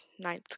ninth